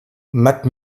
matt